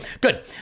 good